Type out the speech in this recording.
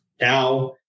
now